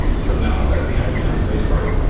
so now that we had enough space for it,